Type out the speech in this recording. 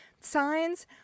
signs